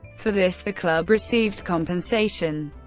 for this, the club received compensation.